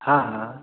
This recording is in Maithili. हँ हँ